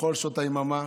בכל שעות היממה